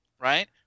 right